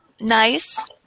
nice